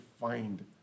find